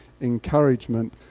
encouragement